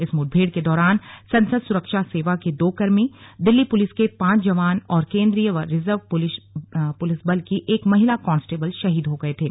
इस मुठभेड़ के दौरान संसद सुरक्षा सेवा के दो कर्मी दिल्ली पुलिस के पांच जवान और केन्द्री य रिजर्व पुलिस बल की एक महिला कॉस्टेबल शहीद हो गए थे